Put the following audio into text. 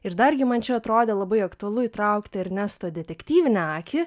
ir dargi man čia atrodė labai aktualu įtraukti ernesto detektyvinę akį